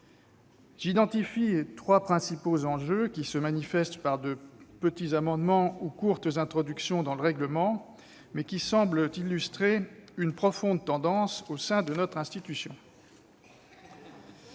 J'identifie trois principaux enjeux, qui se manifestent par de petits amendements ou de courtes introductions dans le règlement, mais qui semblent illustrer une tendance profonde au sein de notre institution.